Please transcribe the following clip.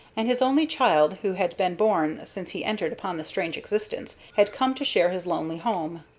and his only child, who had been born since he entered upon this strange existence, had come to share his lonely home.